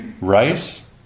rice